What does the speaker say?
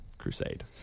Crusade